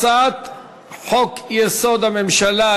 הצעת חוק-יסוד: הממשלה,